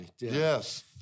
Yes